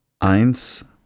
Eins